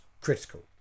critical